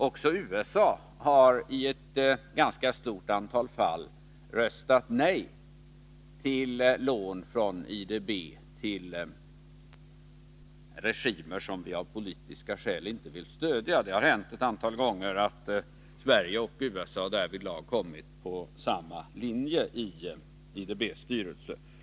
Också USA har i ett ganska stort antal fall röstat nej till lån från IDB till regimer som man av politiska skäl inte vill stödja. Det har hänt ett antal gånger att Sverige och USA därvid kommit på samma linje i IDB:s styrelse.